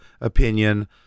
opinion